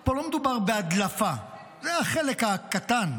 שפה לא מדובר בהדלפה, זה החלק הקטן,